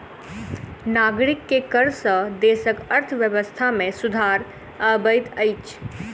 नागरिक के कर सॅ देसक अर्थव्यवस्था में सुधार अबैत अछि